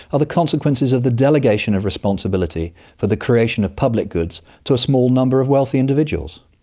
are the consequences of the delegation of responsibility for the creation of public goods to a small number of wealthy individuals?